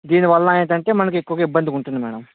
దీనివల్ల ఏంటంటే మనకి ఎక్కువగా ఇబ్బందిగుంటుంది మ్యాడమ్